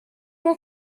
more